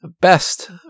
best